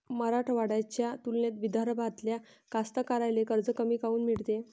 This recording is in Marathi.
मराठवाड्याच्या तुलनेत विदर्भातल्या कास्तकाराइले कर्ज कमी काऊन मिळते?